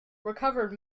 recovered